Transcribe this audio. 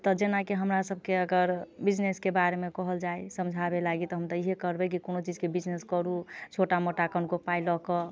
तऽ जेनाकि हमरा सभके अगर बिजनेस के बारे मे कहल जाइ समझाबे लागि तऽ हम तऽ इहे करबै कि कुनू चीज के बिजनेस करू छोटा मोटा कनिको पाइ लऽ कऽ